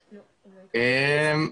וחוזר.